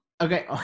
Okay